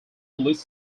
police